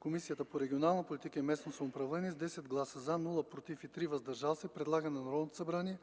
Комисията по регионална политика и местно самоуправление с 10 гласа „за”, без „против” и 3 гласа „въздържали се”, предлага на Народното събрание